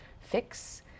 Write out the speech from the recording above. fix